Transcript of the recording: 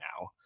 now